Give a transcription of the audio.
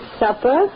supper